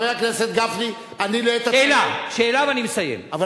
חבר הכנסת גפני, אני, שאלה, ואני מסיים.